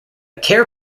care